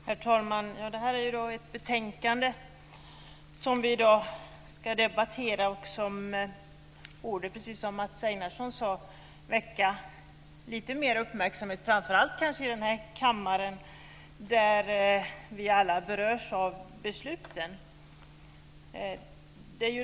Herr talman! Det betänkande som vi i dag debatterar borde, precis som Mats Einarsson sade, väcka lite mer uppmärksamhet, kanske framför allt i den här kammaren, där vi alla berörs av besluten.